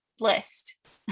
list